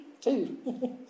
Two